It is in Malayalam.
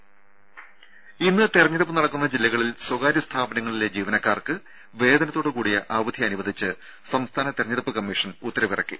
ദേ ഇന്ന് തെരഞ്ഞെടുപ്പ് നടക്കുന്ന ജില്ലകളിൽ സ്വകാര്യ സ്ഥാപനങ്ങളിലെ ജീവനക്കാർക്ക് വേതനത്തോട് കൂടിയ അവധി അനുവദിച്ച് സംസ്ഥാന തെരഞ്ഞെടുപ്പ് കമ്മീഷൻ ഉത്തരവ് ഇറക്കി